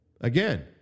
Again